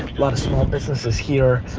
lotta small businesses here.